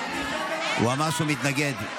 הוא אמר שהוא מתנגד.